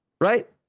Right